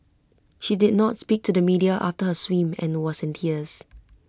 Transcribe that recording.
she did not speak to the media after her swim and was in tears